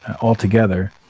altogether